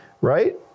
right